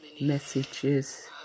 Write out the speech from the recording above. messages